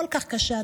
כל כך קשה,